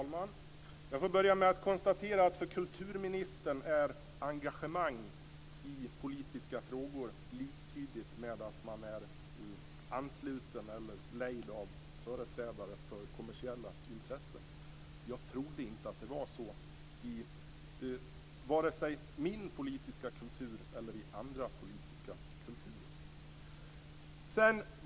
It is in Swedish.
Fru talman! Jag får börja med att konstatera att för kulturministern är engagemang i politiska frågor liktydigt med att man är ansluten till eller lejd av företrädare för kommersiella intressen. Jag trodde inte att det var så i vare sig min politiska kultur eller i andra politiska kulturer.